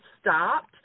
stopped